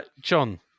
John